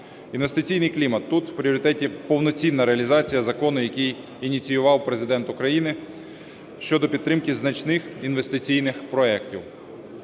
Інвестиційний клімат. Тут в пріоритеті повноцінна реалізація закону, який ініціював Президент України щодо підтримки значних інвестиційних проектів.